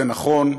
זה נכון,